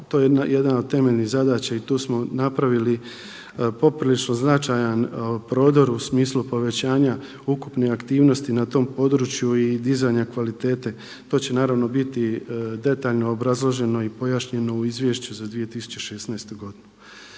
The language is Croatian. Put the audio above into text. je to jedna od temeljnih zadaća i tu smo napravili poprilično značajan prodor u smislu povećanja ukupne aktivnosti na tom području i dizanja kvalitete. To će naravno biti detaljno obrazloženo i pojašnjeno u izvješću za 2016. godinu.